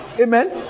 Amen